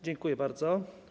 Dziękuję bardzo.